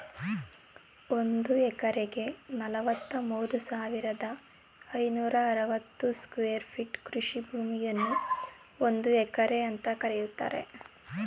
ಒಂದ್ ಎಕರೆಗೆ ನಲವತ್ಮೂರು ಸಾವಿರದ ಐನೂರ ಅರವತ್ತು ಸ್ಕ್ವೇರ್ ಫೀಟ್ ಕೃಷಿ ಭೂಮಿಯನ್ನು ಒಂದು ಎಕರೆ ಅಂತ ಕರೀತಾರೆ